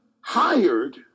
hired